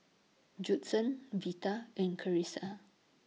Judson Vita and Carisa